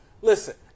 Listen